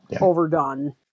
overdone